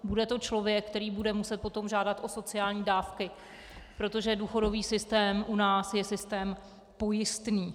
Bude to člověk, který bude muset potom žádat o sociální dávky, protože důchodový systém u nás je systém pojistný.